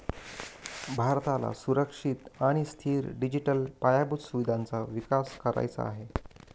भारताला सुरक्षित आणि स्थिर डिजिटल पायाभूत सुविधांचा विकास करायचा आहे